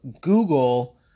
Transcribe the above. Google